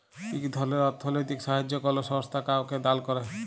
ইক ধরলের অথ্থলৈতিক সাহাইয্য কল সংস্থা কাউকে দাল ক্যরে